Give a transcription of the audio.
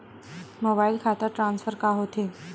Mobile खाता transfer का होथे?